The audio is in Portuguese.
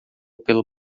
pelo